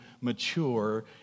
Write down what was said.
mature